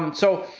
um so,